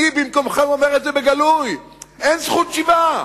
אני במקומכם אומר את זה בגלוי: אין זכות שיבה,